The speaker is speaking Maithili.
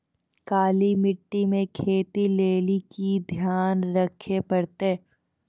काली मिट्टी मे खेती लेली की ध्यान रखे परतै?